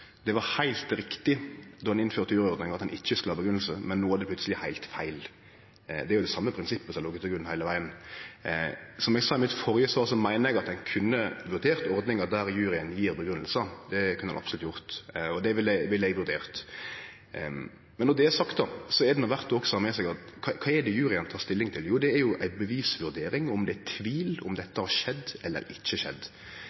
det var heilt riktig – då ein innførte juryordninga – at ein ikkje skulle ha grunngjeving, men no er det plutseleg heilt feil. Det er jo det same prinsippet som har lege til grunn heile vegen. Som eg sa i mitt førre svar, meiner eg at ein kunne vurdert ordningar der juryen grunngjev, det kunne ein absolutt ha gjort. Det ville eg vurdert. Men når det er sagt, er det nok også verdt å ha med seg følgjande: Kva tek juryen stilling til? Jo, det er ei bevisvurdering, om det er tvil om